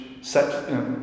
set